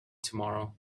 tomorrow